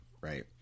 right